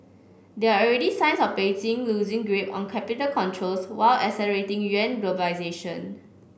there are already signs of Beijing loosing grip on capital controls while accelerating yuan globalisation